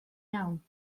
iawn